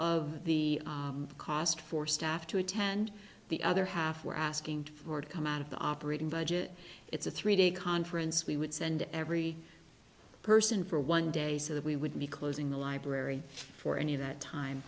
of the cost for staff to attend the other half were asking to come out of the operating budget it's a three day conference we would send every person for one day so that we would be closing the library for any of that